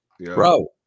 Bro